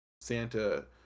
Santa